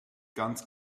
ganz